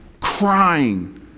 Crying